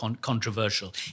controversial